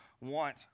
want